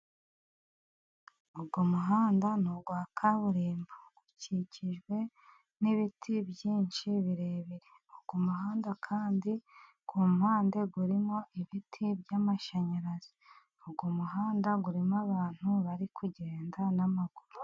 Uyu muhanda ni uwa kaburimbo. Ukikijwe n'ibiti byinshi birebire. Uyu muhanda kandi ku mpande urimo ibiti by'amashanyarazi. Uyu muhanda urimo abantu bari kugenda n'amaguru.